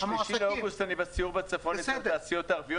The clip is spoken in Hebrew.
ב-3 לאוגוסט אני בסיור בצפון אצל התעשיות הערביות.